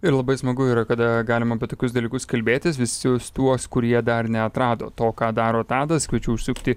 ir labai smagu yra kada galima apie tokius dalykus kalbėtis visus tuos kurie dar neatrado to ką daro tadas kviečiu užsukti